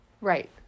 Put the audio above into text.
Right